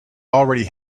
already